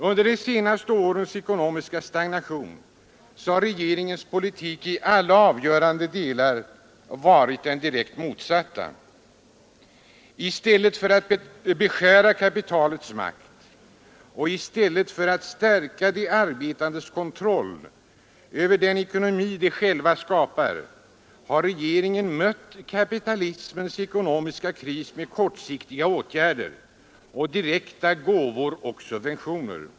Under de senaste årens ekonomiska stagnation har regeringens politik i alla avgörande delar varit den direkt motsatta. I stället för att beskära kapitalets makt och i stället för att stärka de arbetandes kontroll över den ekonomiska situation de själva skapar har regeringen mött kapitalismens ekonomiska kris med kortsiktiga åtgärder och direkta gåvor och subventioner.